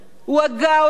הוא הגה אותו,